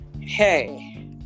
Hey